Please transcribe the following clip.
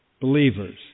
believers